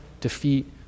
defeat